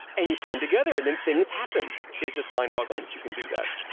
and you put them together, and then things happen. it's just mind-boggling that you can do that.